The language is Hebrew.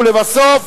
ולבסוף,